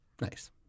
nice